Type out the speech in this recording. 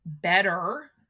better